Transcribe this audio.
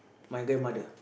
my grandmother